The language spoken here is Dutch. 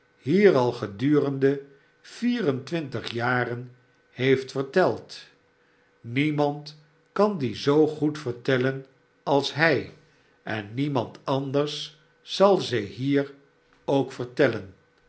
hier al gedurende vier en twintig jaren heeft verteld niemand kan die zoo goed vertellen als hij en niemaiid anders zal ze hier ook